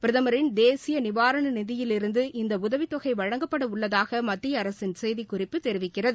பிரதமின் தேசிய நிவாரண நிதியிலிருந்து இந்த உதவித்தொகை வழங்கப்பட உள்ளதாக மத்திய அரசின் செய்திக்குறிப்பு தெரிவிக்கிறது